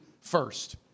first